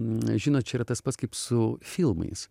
žinot čia yra tas pats kaip su filmais